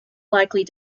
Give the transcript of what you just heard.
likely